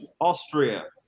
Austria